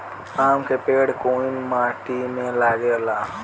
आम के पेड़ कोउन माटी में लागे ला?